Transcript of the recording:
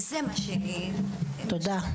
תודה.